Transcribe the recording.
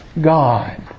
God